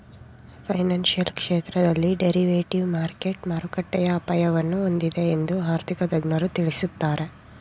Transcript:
financial ಕ್ಷೇತ್ರದಲ್ಲಿ derivative market ಮಾರುಕಟ್ಟೆಯ ಅಪಾಯವನ್ನು ಹೊಂದಿದೆ ಎಂದು ಆರ್ಥಿಕ ತಜ್ಞರು ತಿಳಿಸುತ್ತಾರೆ